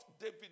David